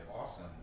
awesome